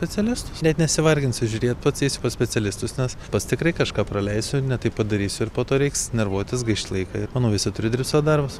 specialistus net nesivarginsiu žiūrėt pats eisiu pas specialistus nes pats tikrai kažką praleisiu ne taip padarysiu ir po to reiks nervuotis gaišt laiką ir manau visi turi dirbt savo darbus